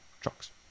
trucks